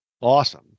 awesome